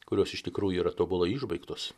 kurios iš tikrųjų yra tobulai išbaigtos